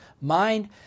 mind